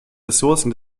ressourcen